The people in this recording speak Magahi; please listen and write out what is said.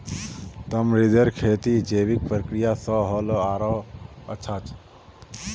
तमरींदेर खेती जैविक प्रक्रिया स ह ल आरोह अच्छा